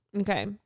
Okay